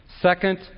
Second